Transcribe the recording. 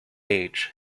age